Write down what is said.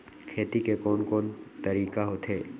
खेती के कोन कोन तरीका होथे?